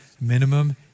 minimum